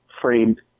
framed